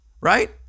right